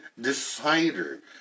decider